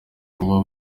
kuba